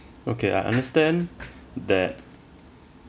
okay I understand that